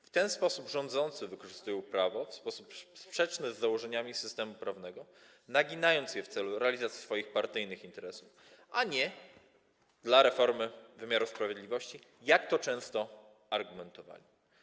W ten sposób rządzący wykorzystują prawo w sposób sprzeczny z założeniami systemu prawnego, naginając je w celu realizacji swoich partyjnych interesów, a nie dla reformy wymiaru sprawiedliwości, jak to często argumentowali.